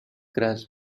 grass